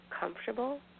comfortable